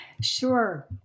Sure